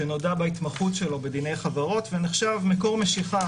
שנודע בהתמחות שלו בדיני חברות ונחשב מקור משיכה